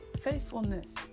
Faithfulness